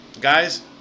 guys